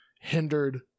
hindered